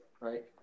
Right